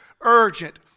Urgent